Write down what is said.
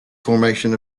formation